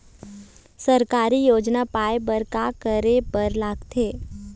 सरकारी योजना पाए बर का करे बर लागथे?